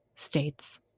states